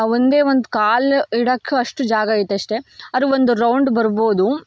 ಒಂದೇ ಒಂದು ಕಾಲು ಇಡೋಕ್ ಅಷ್ಟು ಜಾಗ ಐತ್ ಅಷ್ಟೇ ಆದರೆ ಒಂದು ರೌಂಡ್ ಬರ್ಬೋದು